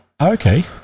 okay